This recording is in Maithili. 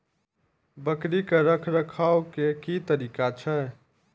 बकरी के रखरखाव के कि तरीका छै?